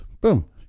boom